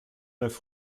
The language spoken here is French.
neuf